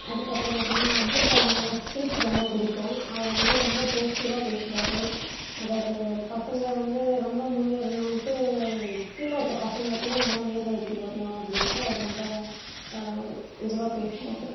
அதுக்கப்புறம் பார்த்தீங்கனா அப்துல் கலாம் ஐயா ஸ்பீச் ரொம்ப பிடிக்கும் அவர் வந்து ரொம்ப போஸ்டிவாக பேசுவார் அதாவது பசங்கள் வந்து ரொம்ப முன்னேறணுமென்ட்டு கீழே இருக்க பசங்களை கூட நல்லா மேலே ஏற்றி வரணும் அப்படின்ட்டு அவர் ரொம்ப இதுவாக பேசுவார்